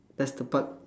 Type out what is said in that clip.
that's the part